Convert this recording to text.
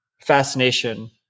fascination